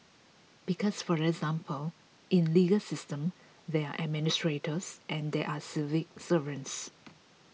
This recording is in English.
because for example in legal systems there are administrators and there are civil servants